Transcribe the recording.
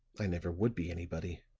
i never would be anybody